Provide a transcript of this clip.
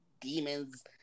demons